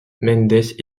mendes